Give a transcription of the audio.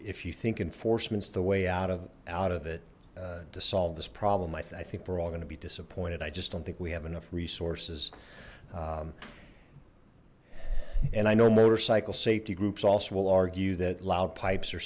if you think enforcement's the way out of out of it to solve this problem i think we're all going to be disappointed i just don't think we have enough resources and i know motorcycle safety groups also will argue that loud pipes